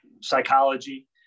psychology